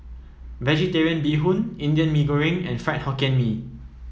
vegetarian Bee Hoon Indian Mee Goreng and Fried Hokkien Mee